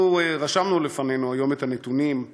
אנחנו רשמנו לפנינו היום את הנתונים.